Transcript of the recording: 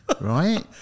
right